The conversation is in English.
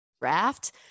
draft